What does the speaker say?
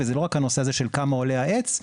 וזה לא רק הנושא הזה של כמה עולה העץ,